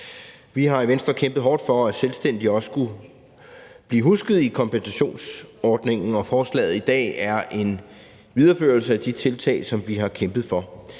Vi har i Venstre kæmpet hårdt for, at selvstændige også skulle blive husket i kompensationsordningen, og forslaget i dag er en videreførelse af de tiltag, som vi har kæmpet for.